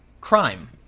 crime